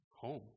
home